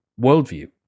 worldview